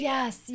Yes